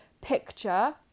picture